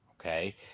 Okay